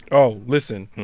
oh, listen.